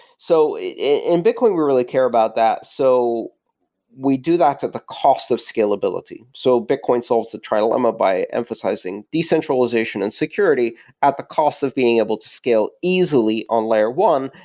so in bitcoin we really care about that. so we do that to the cost of scalability. so bitcoin solves the trilemma by emphasizing decentralization and security at the cost of being able to scale easily on layer one,